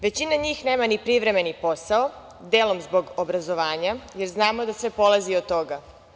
Većina njih nema ni privremeni posao, delom zbog obrazovanja, jer znamo da sve polazi od toga.